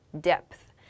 depth